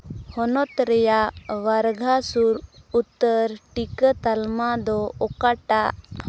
ᱦᱚᱱᱚᱛ ᱨᱮᱭᱟᱜ ᱵᱟᱨᱜᱷᱟ ᱥᱩᱨ ᱩᱛᱛᱟᱹᱨ ᱴᱤᱠᱟᱹ ᱛᱟᱞᱢᱟ ᱫᱚ ᱚᱠᱟᱴᱟᱜ